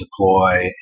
deploy